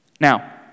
Now